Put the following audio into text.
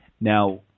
Now